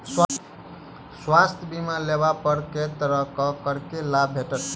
स्वास्थ्य बीमा लेबा पर केँ तरहक करके लाभ भेटत?